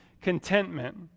Contentment